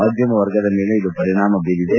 ಮಧ್ಯಮ ವರ್ಗದ ಮೇಲೆ ಇದು ಪರಿಣಾಮ ಬೀರಿದೆ